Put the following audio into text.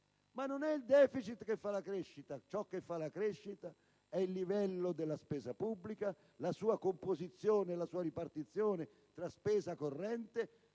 ma non è il deficit che fa la crescita. Ciò che fa la crescita è il livello della spesa pubblica, la sua composizione, la sua ripartizione. Nella spesa corrente,